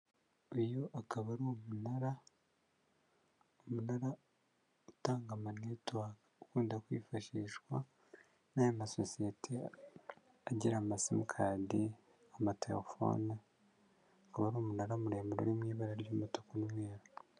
Uyu akaba ari umunara, umunara utanga amanetiwake ukunda kwifashishwa n'aya masosiyete agira amasimukadi, amatelefone akaba ari umunara muremure mu ibara ry'umutuku n'umweru.